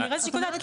כנראה זה שיקול דעת,